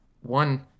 one